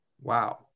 Wow